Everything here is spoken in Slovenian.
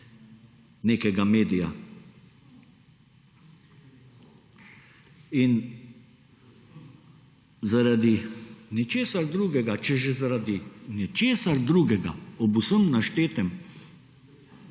nekega medija. In zaradi ničesar drugega, če že zaradi ničesar drugega ob vsem naštetem,